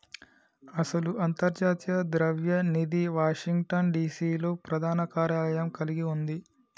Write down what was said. అసలు అంతర్జాతీయ ద్రవ్య నిధి వాషింగ్టన్ డిసి లో ప్రధాన కార్యాలయం కలిగి ఉంది